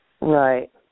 Right